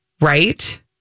Right